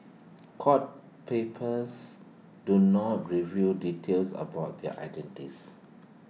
court papers do not reveal details about their